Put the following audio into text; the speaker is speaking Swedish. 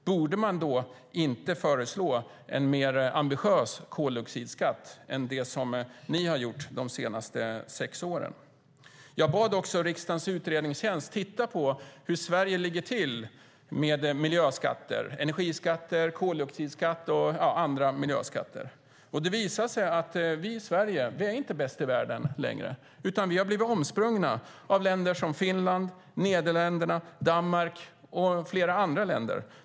Borde man då inte föreslå en mer ambitiös koldioxidskatt än det som ni har gjort de senaste sex åren? Jag bad också riksdagens utredningstjänst att titta på hur Sverige ligger till med miljöskatter - det handlar om energiskatter, koldioxidskatt och andra miljöskatter. Det visade sig att vi i Sverige inte längre är bäst i världen. Vi har blivit omsprungna av Finland, Nederländerna, Danmark och flera andra länder.